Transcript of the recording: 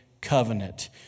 covenant